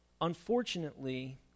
unfortunately